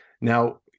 Now